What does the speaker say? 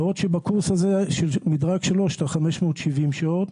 בעוד שבקורס הזה מדרג 3 זה 570 שעות,